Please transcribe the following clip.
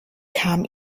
kam